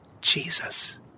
Jesus